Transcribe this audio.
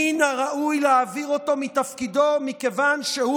שמן הראוי להעביר אותו מתפקידו מכיוון שהוא